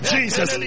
Jesus